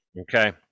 Okay